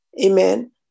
amen